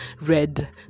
red